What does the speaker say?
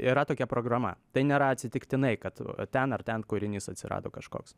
yra tokia programa tai nėra atsitiktinai kad ten ar ten kūrinys atsirado kažkoks